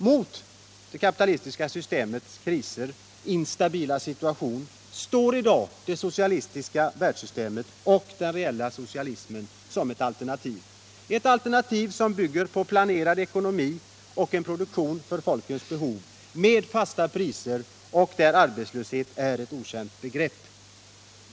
Mot det kapitalistiska systemets kriser och instabila situationer står i dag det socialistiska världssystemet och den reella socialismens alternativ. Ett alternativ som bygger på planerad ekonomi och en produktion för folkets behov, där man har fasta priser och där arbetslöshet är ett okänt begrepp.